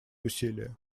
усилия